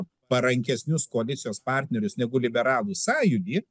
parankesnius koalicijos partnerius negu liberalų sąjūdį